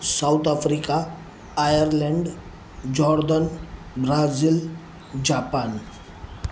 South Africa Ireland jordan Brazil Japan